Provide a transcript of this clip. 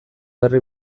herri